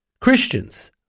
Christians